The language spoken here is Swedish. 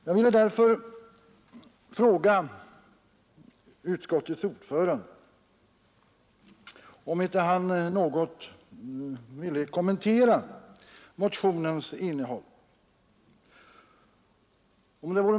Jag vill därför fråga utskottets ordförande om han inte något kan kommentera motionens innehåll.